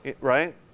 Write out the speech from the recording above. right